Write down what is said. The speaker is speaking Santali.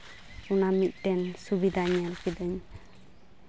ᱚᱱᱟ ᱢᱤᱫᱴᱮᱱ ᱥᱩᱵᱤᱫᱷᱟ ᱧᱮᱞ ᱠᱤᱫᱟᱹᱧ